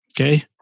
Okay